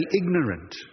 ignorant